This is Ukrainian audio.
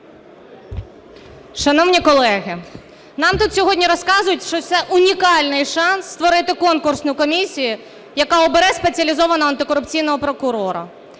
Шановні колеги, нам тут сьогодні розказують, що це унікальний шанс створити конкурсну комісію, яка обере спеціалізованого антикорупційного прокурора.